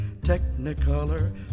technicolor